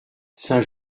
saint